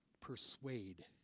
persuade